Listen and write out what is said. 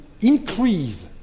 increase